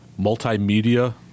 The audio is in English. multimedia